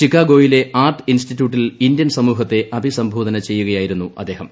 ചിക്കാഗോയിലെ art ഇൻസ്റ്റിറ്റ്യൂട്ടിൽ Indian സമൂഹത്തെ അഭിസംബോധന ചെയ്യുകയായിരുന്നു അദ്ദേഹം